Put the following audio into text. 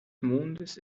mondes